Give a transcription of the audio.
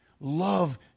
Love